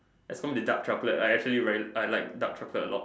as long as they dark chocolate right I actually very I like dark chocolate a lot